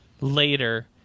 later